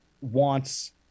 wants